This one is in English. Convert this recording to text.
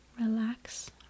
relax